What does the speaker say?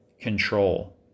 control